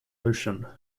ocean